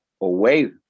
away